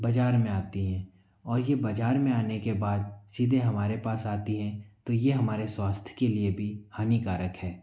बजार में आती है और ये बाजार में आने के बाद सीधे हमारे पास आती है तो ये हमारे स्वास्थ्य के लिए भी हानिकारक है